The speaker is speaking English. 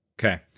Okay